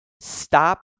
stop